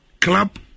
club